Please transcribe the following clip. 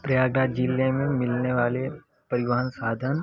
प्रयागराज ज़िले में मिलने वाले परिवहन साधन